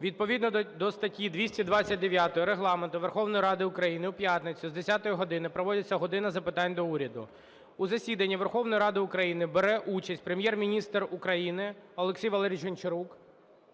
відповідно до статті 229 Регламенту Верховної Ради України у п'яницю з 10 години проводиться "година запитань до Уряду". У засіданні Верховної Ради України бере участь Прем'єр-міністр України Олексій Валерійович Гончарук